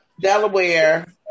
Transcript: Delaware